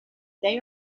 they